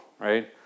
right